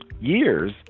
years